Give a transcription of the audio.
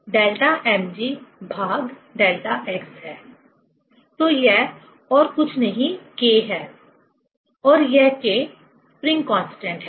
तो यह और कुछ नहीं K है और यह K स्प्रिंग कांस्टेंट है